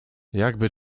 jakby